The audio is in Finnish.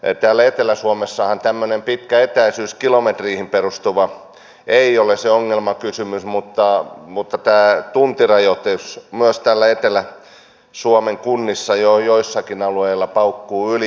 täällä etelä suomessahan tämmöinen pitkä etäisyys kilometreihin perustuva ei ole se ongelmakysymys mutta tämä tuntirajoitus myös täällä etelä suomen kunnissa jo joillakin alueilla paukkuu yli